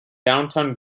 downtown